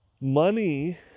Money